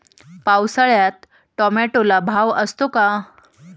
पावसाळ्यात टोमॅटोला भाव असतो का?